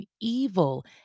evil